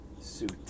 suit